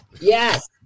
yes